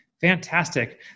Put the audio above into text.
fantastic